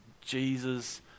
Jesus